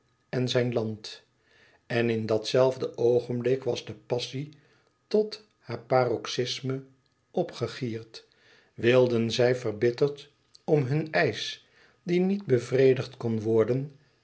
en zijn land en in dat zelfde oogenblik was de passie tot haar paroxysme opgegierd wilden zij verbitterd om hun eisch die niet bevredigd kon worden